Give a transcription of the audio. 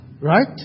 right